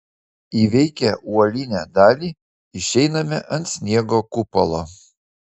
įveikę uolinę dalį išeiname ant sniego kupolo